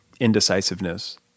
indecisiveness